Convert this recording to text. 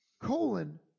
colon